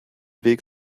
weg